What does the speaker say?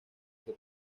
que